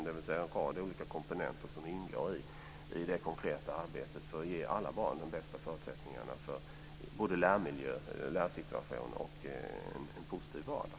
Det är en rad olika komponenter som ingår i det konkreta arbetet för att ge alla barn de bästa förutsättningarna för både lärsituation och en positiv vardag.